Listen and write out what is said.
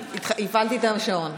לא.